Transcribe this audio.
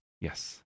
yes